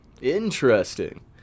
Interesting